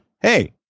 hey